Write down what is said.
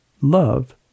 love